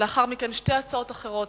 לאחר מכן שתי הצעות אחרות,